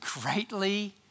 greatly